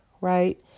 right